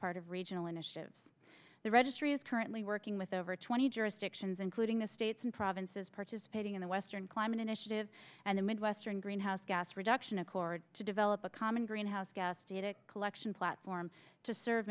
part of regional initiatives the registry is currently working with over twenty jurisdictions including the states and provinces participating in the western climate initiative and the midwestern greenhouse gas reduction accord to develop a common greenhouse gas data collection platform to serve